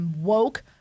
woke